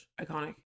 Iconic